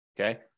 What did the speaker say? Okay